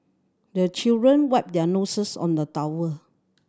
the children wipe their noses on the towel